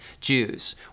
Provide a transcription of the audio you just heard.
Jews